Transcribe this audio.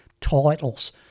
titles